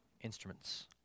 instruments